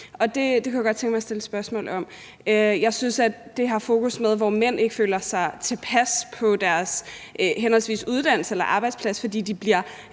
Det kunne jeg godt tænke mig at stille et spørgsmål om. Jeg synes, det her med – som der er fokus på – at mænd ikke føler sig tilpas på deres henholdsvis uddannelse eller arbejdsplads, fordi de bliver